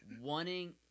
wanting